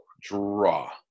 Draw